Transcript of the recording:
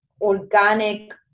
organic